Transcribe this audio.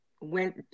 went